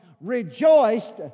rejoiced